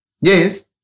Yes